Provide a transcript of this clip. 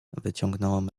wyciągnąłem